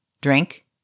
drink